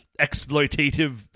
exploitative